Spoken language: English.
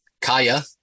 Kaya